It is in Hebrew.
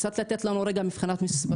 קצת לתת לנו רגע מבחינה מספרית.